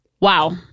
Wow